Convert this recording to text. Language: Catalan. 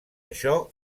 això